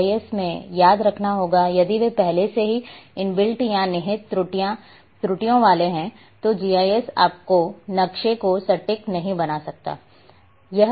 GIS में याद रखना होगा यदि वे पहले से ही इनबिल्ट या निहित त्रुटियों वाले हैं तो जीआईएस आपके नक्शे को सटीक नहीं बना सकता है